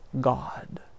God